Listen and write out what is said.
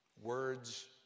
Words